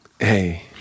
Hey